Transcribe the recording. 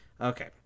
Okay